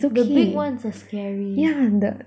the big ones are scary